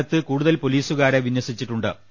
സ്ഥലത്ത് കൂടുതൽ പൊലീസുകാരെ വിന്യസിച്ചിട്ടുണ്ട്